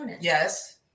yes